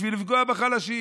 בשביל לפגוע בחלשים,